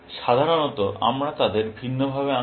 সাধারণত আমরা তাদের ভিন্নভাবে আঁকি